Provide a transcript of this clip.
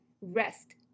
Rest